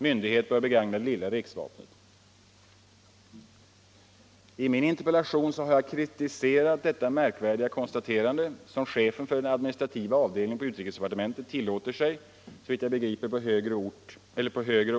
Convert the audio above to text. Myndighet bör begagna lilla riksvapnet.” I min interpellation har jag kritiserat detta märkvärdiga konstaterande som chefen för den administrativa avdelningen på UD tillåter sig — såvitt jag begriper på högre order — att göra.